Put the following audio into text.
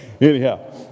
anyhow